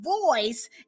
voice